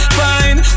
fine